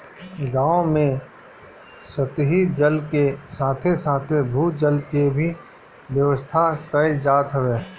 गांव में सतही जल के साथे साथे भू जल के भी व्यवस्था कईल जात हवे